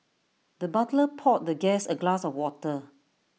the butler poured the guest A glass of water